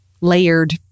layered